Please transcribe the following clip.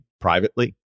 privately